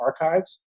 Archives